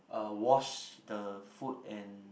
uh wash the food and